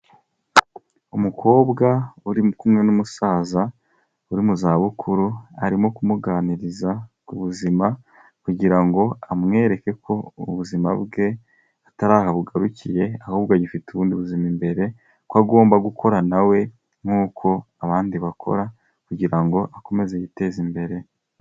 Umukobwa uri kumwe n'umusaza uri mu zabukuru, arimo kumuganiriza ku buzima, kugira ngo amwereke ko ubuzima bwe atari aha bugarukiye, ahubwo agifite ubundi buzima imbere, ko agomba gukora na we nk'uko abandi bakora, kugira ngo akomeze yiteze imbere.